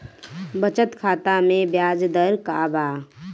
बचत खाता मे ब्याज दर का बा?